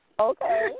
Okay